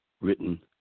written